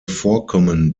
vorkommen